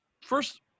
first